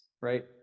right